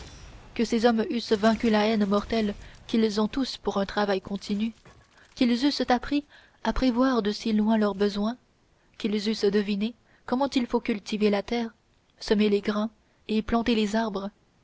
que ces hommes eussent vaincu la haine mortelle qu'ils ont tous pour un travail continu qu'ils eussent appris à prévoir de si loin leurs besoins qu'ils eussent deviné comment il faut cultiver la terre semer les grains et planter les arbres